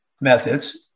methods